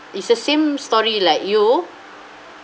it's a same story like you